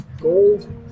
Gold